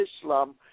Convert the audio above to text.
Islam